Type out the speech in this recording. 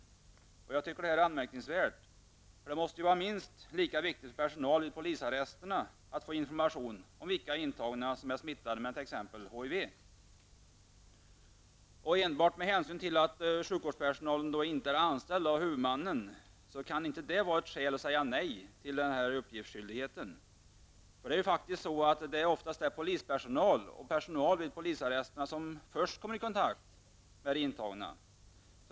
Detta är anmärkningsvärt, eftersom det måste vara minst lika viktigt för personal vid polisarrester att få information om vilka intagna som är smittade med t.ex. HIV. Att sjukvårdspersonalen inte är anställd av huvudmannen kan inte enbart vara ett skäl att säga nej till att denna uppgiftsskyldighet skall omfatta även personal vid polisarrester. Det är ofta polis och personal vid polisarrester som först kommer i kontakt med den intagne.